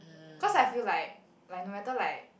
cause I feel like like no matter like